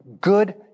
Good